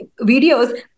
videos